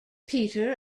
peter